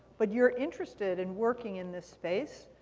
but you're interested in working in this space,